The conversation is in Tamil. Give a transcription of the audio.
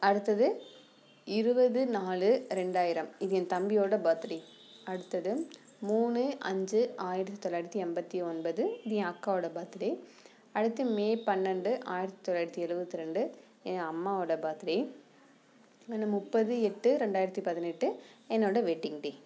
அடுத்தது இருபது நாலு ரெண்டாயிரம் இது என் தம்பியோடய பர்த் டே அடுத்தது மூணு அஞ்சு ஆயிரத்து தொள்ளாயிரத்தி எண்பத்தி ஒன்பது இது என் அக்காவோடய பர்த் டே அடுத்து மே பன்னெண்டு ஆயிரத்து தொள்ளாயிரத்தி எழுவத்தி ரெண்டு என் அம்மாவோடய பர்த் டே முப்பது எட்டு ரெண்டாயிரத்து பதினெட்டு என்னோடய வெட்டிங் டே